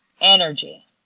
energy